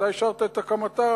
אתה אישרת את הקמתה,